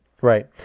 Right